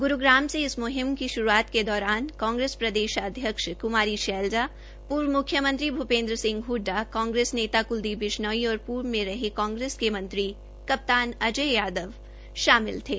ग्रुग्राम से इस म्हिम की श्रुआत के दौरान कांग्रेस प्रदेश अध्यक्ष कुमारी शैलजा पूर्व मुख्यमंत्री भ्रेपंद्र सिंह हड़डा कांग्रेस नेता क्लदीप बिश्नोई और पूर्व में रहे कांग्रेस के मंत्री कप्तान अजय यादव शामिल थे